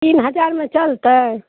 तीन हजार मे चलतै